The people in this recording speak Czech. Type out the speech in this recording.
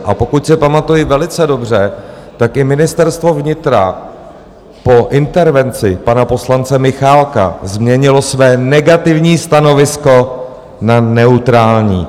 A pokud si pamatuji velice dobře, tak i Ministerstvo vnitra po intervenci pana poslance Michálka změnilo své negativní stanovisko na neutrální.